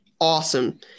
awesome